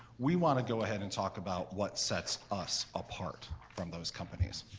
we want to go ahead and talk about what sets us apart from those companies.